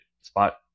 spot